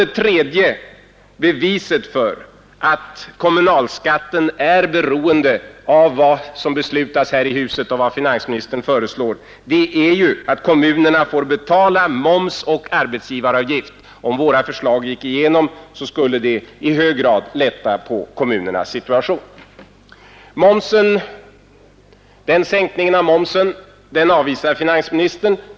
Det tredje beviset för att kommunalskatten är beroende av vad som beslutas här i huset och av vad finansministern föreslår är att kommunerna får betala moms och arbetsgivaravgift. Om våra förslag gick igenom skulle det i hög grad lätta kommunernas situation. En sänkning av momsen avvisar finansministern.